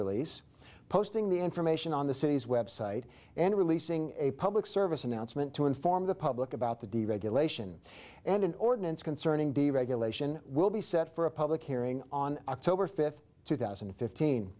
release posting the information on the city's website and releasing a public service announcement to inform the public about the deregulation and an ordinance concerning the regulation will be set for a public hearing on october fifth two thousand and fifteen